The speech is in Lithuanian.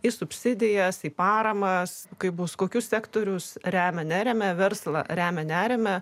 į subsidijas paramą kaip bus kokius sektorius remia neremia verslą remia nerime